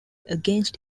against